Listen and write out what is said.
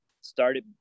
started